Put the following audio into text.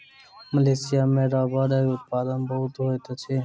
Malaysia में रबड़ उत्पादन बहुत होइत अछि